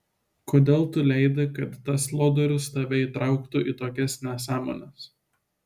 kodėl tu leidi kad tas lodorius tave įtrauktų į tokias nesąmones